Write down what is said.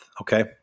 okay